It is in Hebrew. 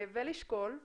ולשקול,